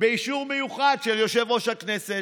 באישור מיוחד של יושב-ראש הכנסת.